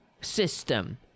system